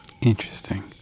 Interesting